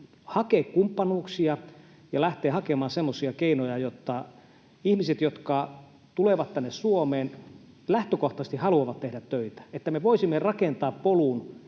hakea kumppanuuksia ja lähteä hakemaan semmoisia keinoja, jotta ihmisille, jotka tulevat tänne Suomeen ja lähtökohtaisesti haluavat tehdä töitä, voitaisiin rakentaa polku,